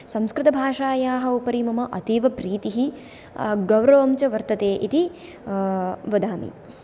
संस्कृतभाषायाः उपरि मम अतीव प्रीतिः गोरवं च वर्तते इति वदामि